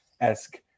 esque